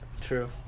true